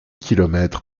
kilomètres